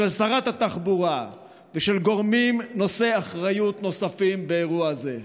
של שרת התחבורה ושל גורמים נושאי אחריות נוספים באירוע זה.